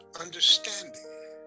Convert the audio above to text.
understanding